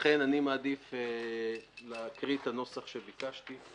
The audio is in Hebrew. לכן אני מבקש לקרוא את הנוסח שביקשתי.